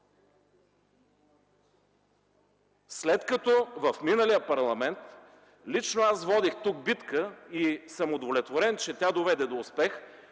В миналия парламент лично аз водих тук битка и съм удовлетворен, че тя доведе до успех